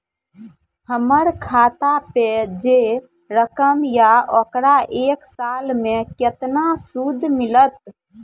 हमर खाता पे जे रकम या ओकर एक साल मे केतना सूद मिलत?